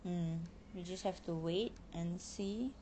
mm we just have to wait and see